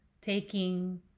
taking